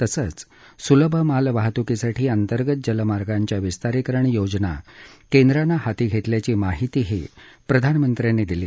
तसंच सुलभ माल वाहतुकीसाठी अंतर्गत जलमार्गांच्या विस्तारीकरण योजना केंद्रानं हाती घेतल्याची माहितीही प्रधानमंत्र्यांनी दिली